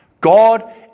God